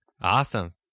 awesome